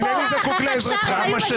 אי-אפשר כבר לשמוע, נעמה.